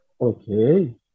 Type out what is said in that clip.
Okay